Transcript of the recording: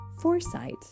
Foresight